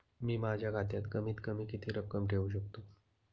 मी माझ्या खात्यात कमीत कमी किती रक्कम ठेऊ शकतो?